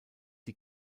die